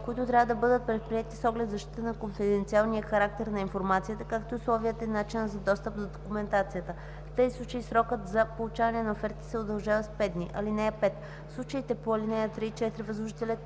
които трябва да бъдат предприети с оглед защита на конфиденциалния характер на информацията, както и условията и начина за достъп до документацията. В тези случаи срокът за получаване на оферти се удължава с 5 дни. (5) В случаите по ал. 3 и 4